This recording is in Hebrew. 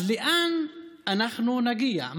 אז לאן אנחנו נגיע?